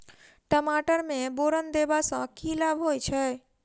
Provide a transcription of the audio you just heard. टमाटर मे बोरन देबा सँ की लाभ होइ छैय?